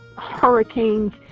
hurricanes